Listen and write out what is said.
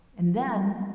and then,